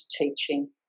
teaching